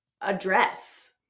address